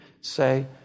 say